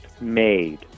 made